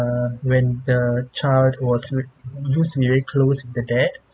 uh when the child was used to be very close to the dad